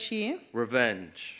Revenge